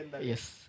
Yes